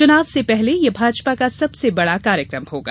चुनाव से पहले ये भाजपा का सबसे बड़ा कार्यक्रम होगा